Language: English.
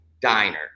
diner